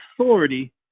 authority